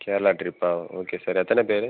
கேரளா ட்ரிப்பா okay sir எத்தனை பேரு